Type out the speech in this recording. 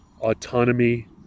autonomy